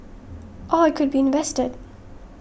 or it could be invested